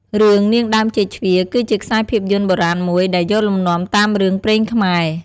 រឿង នាងដើមចេកជ្វា គឺជាខ្សែភាពយន្តបុរាណមួយ ដែលយកលំនាំតាមរឿងព្រេងខ្មែរ។